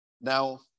Now